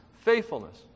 faithfulness